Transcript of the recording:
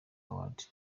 award